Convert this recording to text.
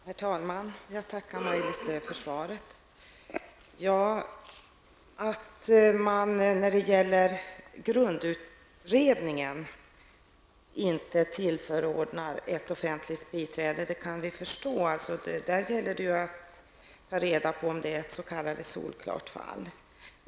Herr talman! Jag tackar Maj-Lis Lööw för svaret. Att det inte förordnas ett biträde när det gäller grundutredningen kan vi förstå. Där gäller det ju att ta reda på om det är ett s.k. solklart fall.